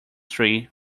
tree